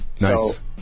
nice